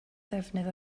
ddefnydd